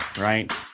right